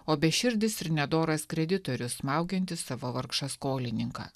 o beširdis ir nedoras kreditorius smaugiantis savo vargšą skolininką